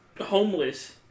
homeless